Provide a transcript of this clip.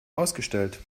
ausgestellt